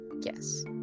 yes